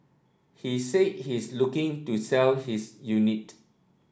he said he's looking to sell his unit